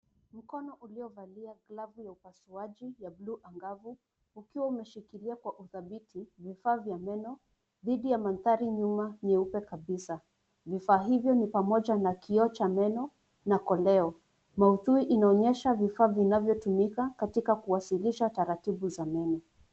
Mkono uliovalia glovu ya upasuaji ya buluu angavu ukiwa umeshikilia kwa udhabiti vifaa vya meno dhidi ya mandhari nyuma nyeupe kabisa. Vifaa hivyo ni pamoja na kioo cha meno na koleo maudhui inaonyesha vifaa vinavyotumika katika kuwasilisha taratibu za meno.